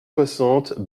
soixante